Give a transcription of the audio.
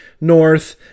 North